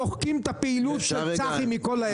קודם כל,